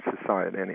society